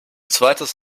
zweites